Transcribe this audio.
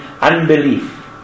unbelief